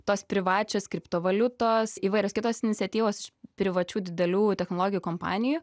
tos privačios kriptovaliutos įvairios kitos iniciatyvos iš privačių didelių technologijų kompanijų